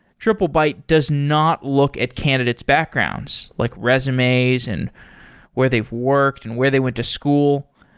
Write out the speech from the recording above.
triplebyte does not look at candidate's backgrounds, like resumes and where they've worked and where they went to school.